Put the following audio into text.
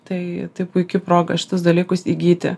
tai tai puiki proga šituos dalykus įgyti